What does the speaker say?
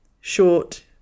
short